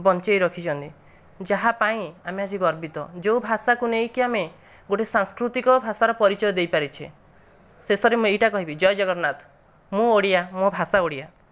ବଞ୍ଚେଇ ରଖିଚନ୍ତି ଯାହା ପାଇଁ ଆମେ ଆଜି ଗର୍ବିତ ଯୋଉ ଭାଷାକୁ ନେଇକି ଆମେ ଗୋଟେ ସାଂସ୍କୃତିକ ଭାଷାର ପରିଚୟ ଦେଇ ପାରିଛେ ଶେଷରେ ମୁଁ ଏଇଟା କହିବି ଜୟେ ଜଗନ୍ନାଥ ମୁଁ ଓଡ଼ିଆ ମୋ ଭାଷା ଓଡ଼ିଆ